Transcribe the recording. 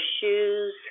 shoes